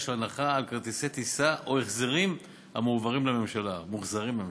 של הנחה על כרטיסי טיסה או החזרים המוחזרים לממשלה.